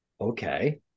okay